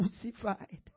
crucified